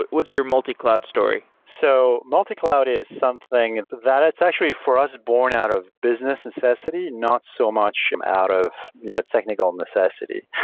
what's your multi-cloud story? so multi-cloud is something and but that it's actually for us born out of business necessity, not so much and out of technical necessity.